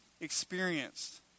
experienced